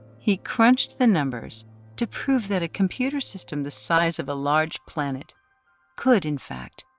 he crunched the numbers to prove that a computer system the size of a large planet could in fact,